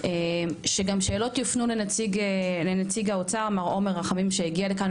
שגם שאלות יופנו לנציג האוצר מר עומר רחמים שהגיעו לכאן,